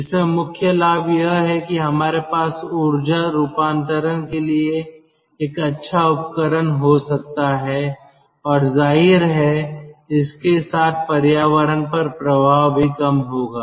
जिसमें मुख्य लाभ यह है कि हमारे पास ऊर्जा रूपांतरण के लिए एक अच्छा उपकरण हो सकता है और जाहिर है इसके साथ पर्यावरण पर प्रभाव भी कम होगा